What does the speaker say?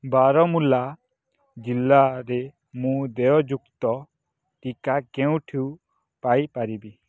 ବାରମୁଲ୍ଲା ଜିଲ୍ଲାରେ ମୁଁ ଦେୟଯୁକ୍ତ ଟୀକା କେଉଁଠୁ ପାଇ ପାରିବି